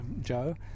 Joe